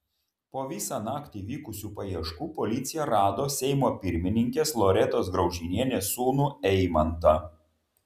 po visą naktį vykusių paieškų policija rado seimo pirmininkės loretos graužinienės sūnų eimantą